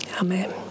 amen